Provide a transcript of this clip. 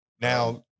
Now